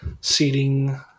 seating